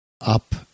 up